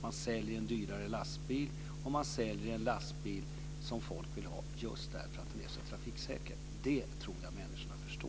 De säljer en dyrare lastbil, och de säljer en lastbil som folk vill ha just därför att den är så trafiksäker. Det tror jag människorna förstår.